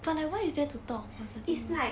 is like